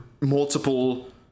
multiple